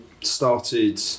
started